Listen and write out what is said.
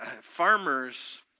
farmers